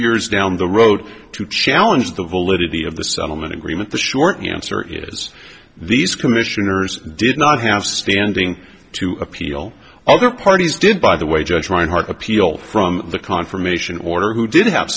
years down the road to challenge the validity of the settlement agreement the short answer is these commissioners did not have standing to appeal all their parties did by the way judge reinhart appeal from the confirmation order who did